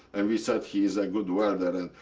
and we said he is a good welder.